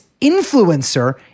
influencer